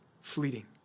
fleeting